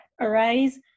arise